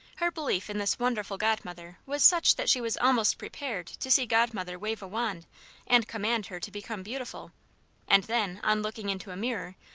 her belief in this wonderful godmother was such that she was almost prepared to see godmother wave a wand and command her to become beautiful and then, on looking into a mirror,